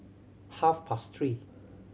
half past three